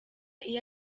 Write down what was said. iyo